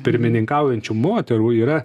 pirmininkaujančių moterų yra